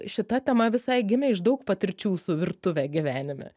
šita tema visai gimė iš daug patirčių su virtuve gyvenime